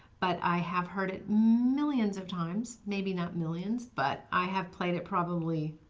but i have heard it millions of times, maybe not millions, but i have played it probably,